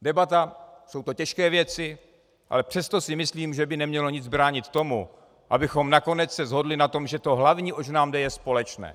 Debata, jsou to těžké věci, ale přesto si myslím, že by nemělo nic bránit tomu, abychom se nakonec shodli na tom, že to hlavní, oč nám jde, je společné.